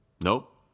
Nope